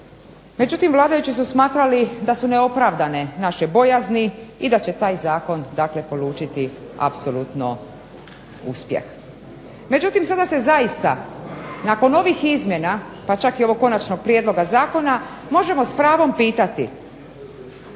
Međutim, vladajući su smatrali da su neopravdane naše bojazni i da će taj zakon polučiti apsolutno uspjeh. Međutim sada se zaista nakon ovih izmjena pa čak i ovog konačnog prijedloga zakona možemo s pravom pitati,